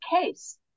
case